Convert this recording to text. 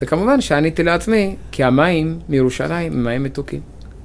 וכמובן שעניתי לעצמי, כי המים מירושלים הם מים מתוקים.